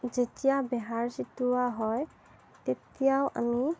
যেতিয়া বেহাৰ ছটিওয়া হয় তেতিয়াও আমি